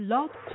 Love